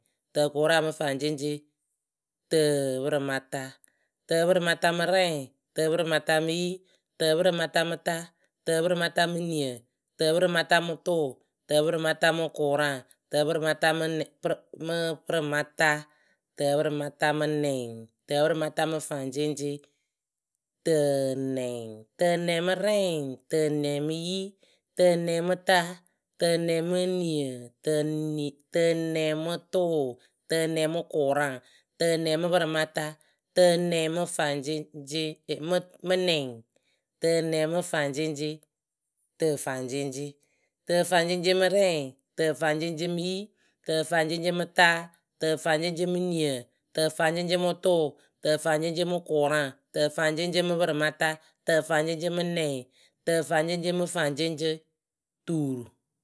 tǝkʊraŋ mɨ faŋceŋceŋ, tǝǝpɨrɩmata, tǝpɨrɩmata mɨ rɛɩ, tǝpɨrɩmata mɨ yi, tǝpɨrɩmata mɨ ta, tǝpɨrɩmata mɨ niǝ, tǝpɨrɩmata mɨ tʊʊ, tǝpɨrɩmata mɨ kʊraŋ, tǝpɨrɩmata mɨ pɨrɩmata, tǝpɨrɩmata mɨ nɛŋ, tǝpɨrɩmata mɨ faŋceŋceŋ, tǝnɛŋ, tǝnɛŋ mɨ rɛ, tǝnɛŋ mɨ yi, tǝnɛŋ mɨ ta, tǝnɛŋ mɨ niǝ, tǝnɛŋ mɨ tʊʊ tǝnɛŋ kʊraŋ, tǝnɛŋ mɨ pɨrɩmata, tǝnɛŋ mɨ faŋceŋceŋ mɨ nɛŋ, tǝnɛŋ mɨ faŋceŋceŋ, tǝfaŋfaŋceŋ, tǝfaŋfaŋceŋ mɨ rɛ, tǝfaŋfaŋceŋ mɨ yi, tǝfaŋfaŋceŋ mɨ ta, tǝfaŋfaŋceŋ mɨ niǝ, tǝfaŋfaŋceŋ mɨ tʊʊ, tǝfaŋfaŋceŋ mɨ kʊraŋ, tǝfaŋfaŋceŋ mɨ pɨrɩmata, tǝfaŋfaŋceŋ mɨ nɛŋ, tǝfaŋfaŋceŋ mɨ faŋceŋceŋ, tuuru.